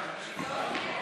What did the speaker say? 122),